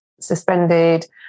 suspended